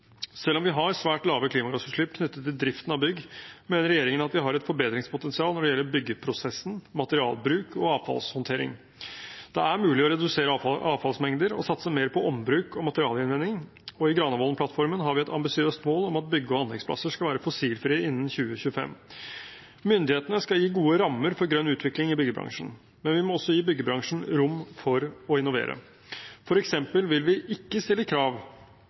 Selv om vi har svært lave klimagassutslipp knyttet til driften av bygg, mener regjeringen at vi har et forbedringspotensial når det gjelder byggeprosessen, materialbruk og avfallshåndtering. Det er mulig å redusere avfallsmengder og satse mer på ombruk og materialgjenvinning, og i Granavolden-plattformen har vi et ambisiøst mål om at bygge- og anleggsplasser skal være fossilfrie innen 2025. Myndighetene skal gi gode rammer for grønn utvikling i byggebransjen. Men vi må også gi byggebransjen rom for å innovere. For eksempel vil vi ikke stille krav